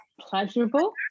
pleasurable